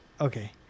Okay